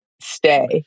stay